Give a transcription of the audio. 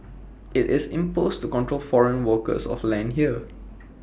IT is imposed to control foreign ownership of land here